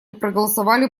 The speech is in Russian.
проголосовали